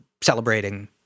celebrating